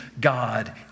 God